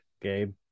Gabe